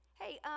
hey